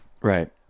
Right